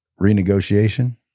renegotiation